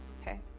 Okay